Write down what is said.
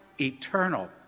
eternal